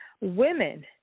women